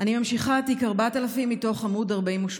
אני ממשיכה, תיק 4000, מתוך עמ' 48: